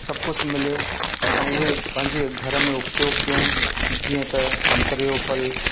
सभु कुझु मिले असां उहे पंहिंजे घर में उपयोगु कयूं जीअं त संतरे जो फ़ल